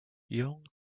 young